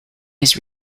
his